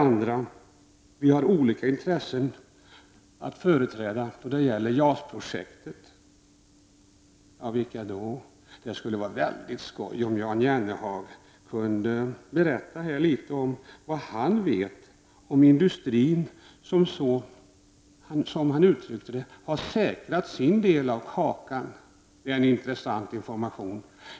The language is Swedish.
Vidare har vi olika intressen att företräda då det gäller JAS-projektet, säger Jan Jennehag. Vilka då? Det skulle vara skojigt om Jan Jennehag kunde berätta litet här om vad han vet om att industrin, som han uttryckte det, har säkrat sin del av kakan. Det var en intressant information.